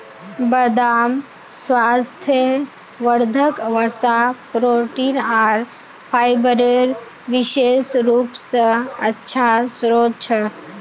बदाम स्वास्थ्यवर्धक वसा, प्रोटीन आर फाइबरेर विशेष रूप स अच्छा स्रोत छ